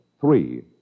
Three